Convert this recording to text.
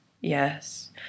Yes